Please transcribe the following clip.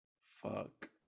fuck